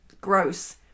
Gross